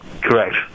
Correct